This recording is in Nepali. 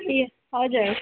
ए हजुर